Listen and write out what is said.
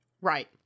Right